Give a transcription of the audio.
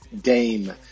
Dame